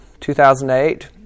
2008